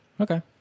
Okay